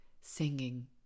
singing